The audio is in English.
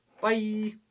Bye